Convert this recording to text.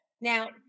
Now